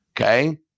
Okay